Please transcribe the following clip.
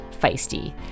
feisty